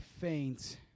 faint